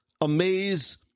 amaze